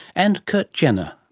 and curt jenner.